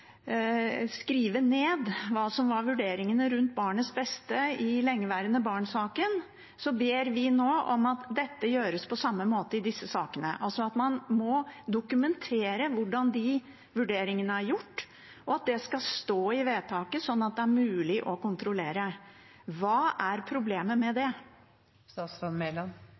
skrive ned hva som var vurderingene rundt barnets beste i lengeværende barn-saken, ber vi nå om at det gjøres på samme måte i disse sakene, altså at man må dokumentere hvordan vurderingene er gjort, og at det skal stå i vedtaket, sånn at det er mulig å kontrollere. Hva er problemet med det?